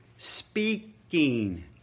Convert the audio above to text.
speaking